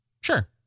Sure